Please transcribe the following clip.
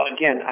again